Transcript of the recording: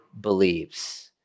believes